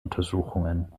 untersuchungen